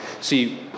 See